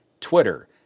Twitter